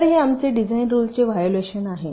तर हे आमचे डिझाइन रुलचे व्हायोलेशन आहे